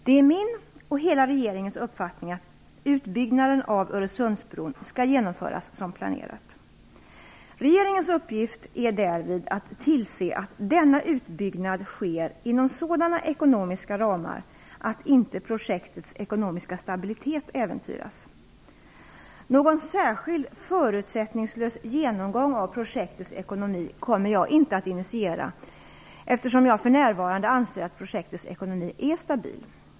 Det är min och hela regeringens uppfattning att utbyggnaden av Öresundsbron skall genomföras som planerat. Regeringens uppgift är därvid att tillse att denna utbyggnad sker inom sådana ekonomiska ramar att inte projektets ekonomiska stabilitet äventyras. Någon särskild förutsättningslös genomgång av projektets ekonomi kommer jag inte att initiera, då jag för närvarande anser att projektets ekonomi är stabil.